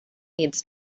needs